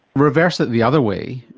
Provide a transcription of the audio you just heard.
reverse it the other way,